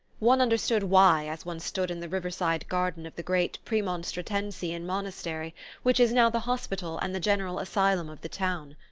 one understood why as one stood in the riverside garden of the great premonstratensian monastery which is now the hospital and the general asylum of the town.